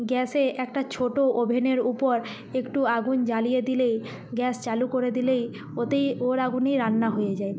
গ্যাসে একটা ছোটো ওভেনের উপর একটু আগুন জ্বালিয়ে দিলেই গ্যাস চালু করে দিলেই ওতেই ওর আগুনেই রান্না হয়ে যায়